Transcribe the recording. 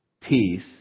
peace